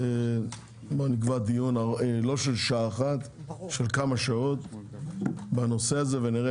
נקבע דיון של כמה שעות בנושא הזה ונראה